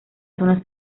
zona